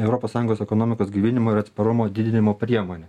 europos sąjungos ekonomikos gaivinimo ir atsparumo didinimo priemonė